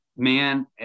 Man